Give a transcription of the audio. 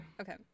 okay